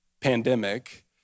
pandemic